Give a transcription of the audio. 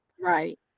Right